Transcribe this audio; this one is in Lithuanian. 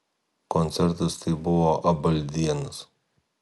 koncertas tai buvo abaldienas